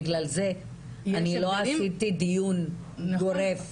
בגלל זה אני לא עשיתי דיון גורף.